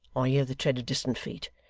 i hear the tread of distant feet.